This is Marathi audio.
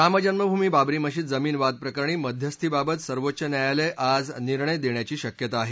राम जन्मभूमी बाबरी मशीद जमीन वाद प्रकरणी मध्यस्थीबाबत सर्वोच्च न्यायालय आज निर्णय देण्याची शक्यता आहे